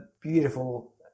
beautiful